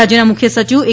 રાજ્યના મુખ્ય સચિવ એ